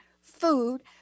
food